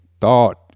thought